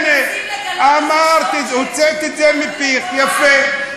הנה, הוצאת את זה מפיך, יפה.